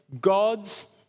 God's